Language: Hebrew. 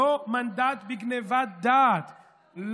לא מנדט בגנבת דעת.